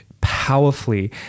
powerfully